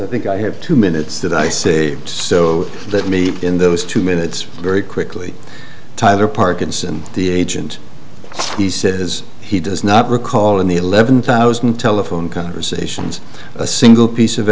by think i have two minutes that i say so let me in those two minutes very quickly titer parkinson the agent he says he does not recall in the eleven thousand telephone conversations a single piece of